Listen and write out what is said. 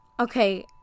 Okay